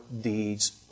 deeds